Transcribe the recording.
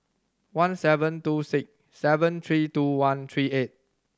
one seven two six seven three two one three eight